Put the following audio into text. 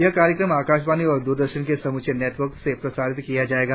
यह कार्यक्रम आकाशवाणी और द्ररदर्शन के समूचे नेटवर्क से प्रसारित किया जायेगा